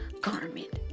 garment